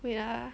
wait ah